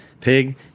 pig